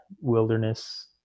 wilderness